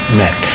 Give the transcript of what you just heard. met